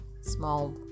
small